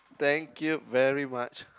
thank you very much